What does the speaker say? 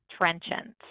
Trenchants